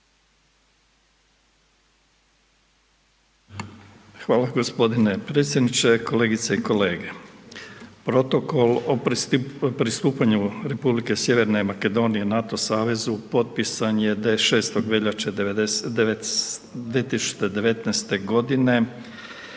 Hvala gospodine predsjedniče, kolegice i kolege. Protokol o pristupanju Republike Sjeverne Makedonije NATO savezu potpisan je …/Govornik se ne